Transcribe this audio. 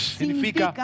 Significa